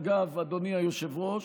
אגב, אדוני היושב-ראש,